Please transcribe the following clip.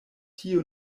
tio